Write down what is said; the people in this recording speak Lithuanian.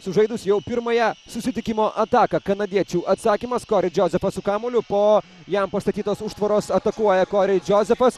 sužaidus jau pirmąją susitikimo ataką kanadiečių atsakymas kori džozefas su kamuoliu po jam pastatytos užtvaros atakuoja kori džozefas